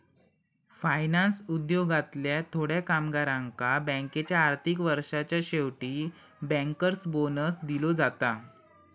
finance उद्योगातल्या थोड्या कामगारांका बँकेच्या आर्थिक वर्षाच्या शेवटी बँकर्स बोनस दिलो जाता